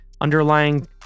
underlying